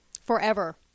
Forever